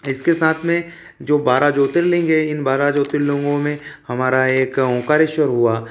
इसके साथ में जो बार ज्योतिर्लिंग है इन बारह ज्योतिर्लिंग में हमारा एक ओमकारेश्वर हुआ